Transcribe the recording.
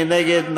מי נגד?